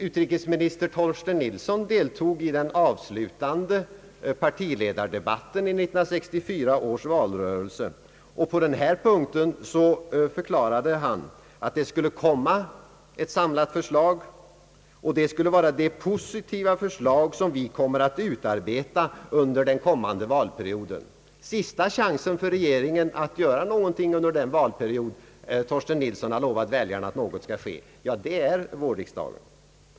Utrikesminister Torsten Nilsson deltog i den avslutande partiledardebatten i 1964 års valrörelse, och han förklarade då att det skulle presenteras ett samlat positivt förslag, som skulle utarbetas under den kommande valperioden, Och sista chansen för regeringen att göra något under den valperiod som utrikesministern lovade väljarna att något skulle göras, är instundande vårriksdag.